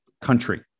country